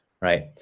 right